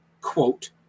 quote